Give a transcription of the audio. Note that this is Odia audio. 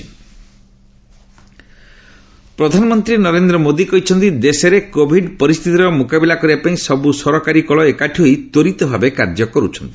ପିଏମ୍ ମିନିଷ୍ଟର୍ସ୍ ପ୍ରଧାନମନ୍ତ୍ରୀ ନରେନ୍ଦ୍ର ମୋଦୀ କହିଛନ୍ତି ଦେଶରେ କୋଭିଡ୍ ପରିସ୍ଥିତିର ମୁକାବିଲା କରିବା ପାଇଁ ସବୁ ସରକାରୀ କଳ ଏକାଠି ହୋଇ ତ୍ୱରିତ ଭାବେ କାର୍ଯ୍ୟ କରୁଛନ୍ତି